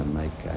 make